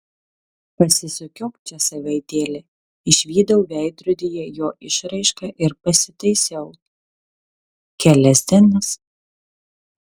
pasisukiok čia savaitėlę išvydau veidrodyje jo išraišką ir pasitaisiau kelias dienas